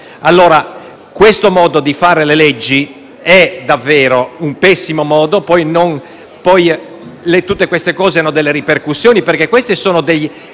Ebbene, questo modo di fare le leggi è davvero un pessimo modo. Poi tutte queste cose hanno delle ripercussioni, perché questi sono dei